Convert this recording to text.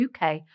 UK